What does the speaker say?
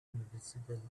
invisible